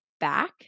Back